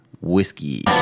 whiskey